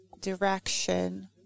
direction